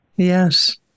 Yes